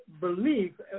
Believe